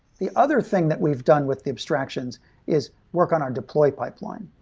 the other thing that we've done with the abstractions is work on our deploy pipeline.